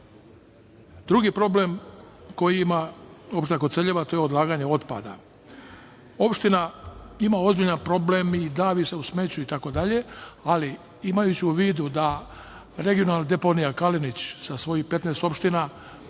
problem koji ima opština Koceljeva, to je odlaganja otpada. Opština ima ozbiljan problem i davi se u smeću itd, ali imajući u vidu da regionalna deponija „Kalenić“ sa svojih 15 opština